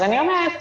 אני אומרת